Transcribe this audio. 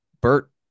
Bert